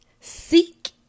Seek